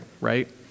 right